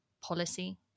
policy